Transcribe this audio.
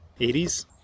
80s